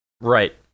Right